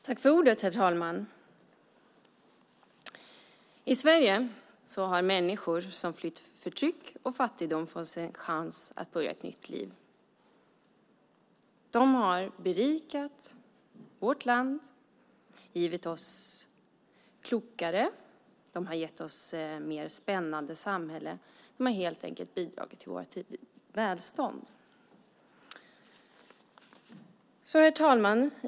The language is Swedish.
Herr talman! I Sverige har människor som har flytt förtryck och fattigdom fått en chans att börja ett nytt liv. De har berikat vårt land, gjort oss klokare och gett oss ett mer spännande samhälle. De har helt enkelt bidragit till vårt välstånd. Herr talman!